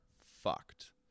fucked